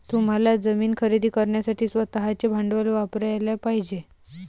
तुम्हाला जमीन खरेदी करण्यासाठी स्वतःचे भांडवल वापरयाला पाहिजे